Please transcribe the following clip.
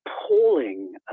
appalling